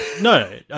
No